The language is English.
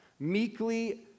Meekly